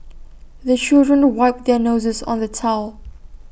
the children wipe their noses on the towel